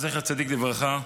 הישיבה, זכר צדיק לברכה,